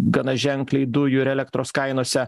gana ženkliai dujų ir elektros kainose